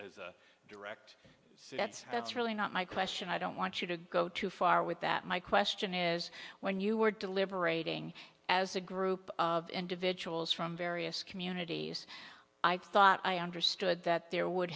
this as direct so that's that's really not my question i don't want you to go too far with that my question is when you were deliberating as a group of individuals from various communities i thought i understood that there would